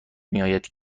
میآید